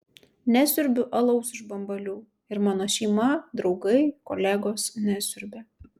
nesiurbiu alaus iš bambalių ir mano šeima draugai kolegos nesiurbia